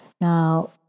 Now